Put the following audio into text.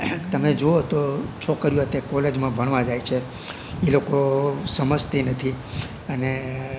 તમે જુઓ તો છોકરીઓ તે કોલેજમાં ભણવા જાય છે એ લોકો સમજતી નથી અને